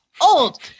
old